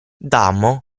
dalmor